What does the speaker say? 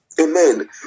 Amen